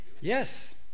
Yes